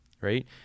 Right